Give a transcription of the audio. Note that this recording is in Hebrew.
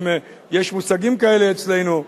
אם יש מושגים כאלה אצלנו.